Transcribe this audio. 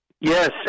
Yes